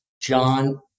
John